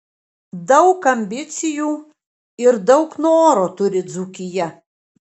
daug ambicijų ir daug noro turi dzūkija